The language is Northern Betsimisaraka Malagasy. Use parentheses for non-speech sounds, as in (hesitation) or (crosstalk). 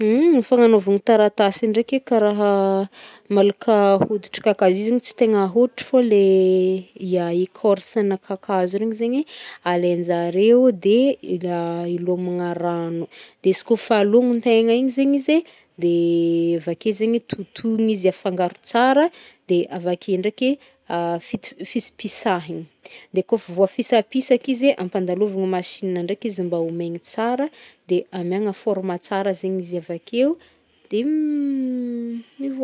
(noise) Fanagnaovagny taratasy ndraiky karaha, (hesitation) malaka hiditry kakazo i zagny, tsy tegna hoditry fô le (hesitation) ecorcena kakazo regny zegny alenjare de hilômagna rano, de izy kaofa lômintegna igny zegny izy de (hesitation) avake zegny izy totoigna afangaro tsara de avake ndraiky (hesitation) fits- fisipisahagny de kaofa efa voafisapisaky izy de ampandalovigny machiny ndraiky izy mbô ho megny tsara, de ameagna forme tsara zegny izy avake de (hesitation) mivok.